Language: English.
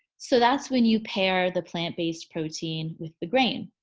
so that's when you pair the plant-based protein with the grain.